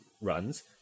runs